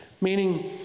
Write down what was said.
Meaning